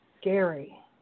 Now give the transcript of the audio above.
scary